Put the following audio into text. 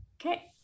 Okay